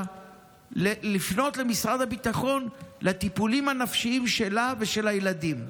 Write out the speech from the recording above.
לפנות למשרד הביטחון לטיפולים הנפשיים שלה ושל הילדים.